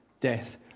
death